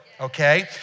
Okay